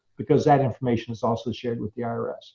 because that information is also shared with the ah irs.